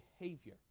behavior